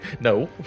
No